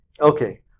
Okay